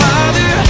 Father